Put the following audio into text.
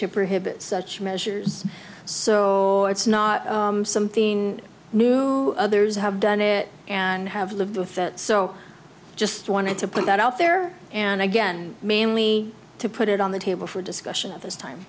to prohibit such measures so it's not something new others have done it and have lived with so i just wanted to put that out there and again mainly to put it on the table for discussion at this time